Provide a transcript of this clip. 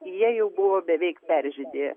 jie jau buvo beveik peržydėję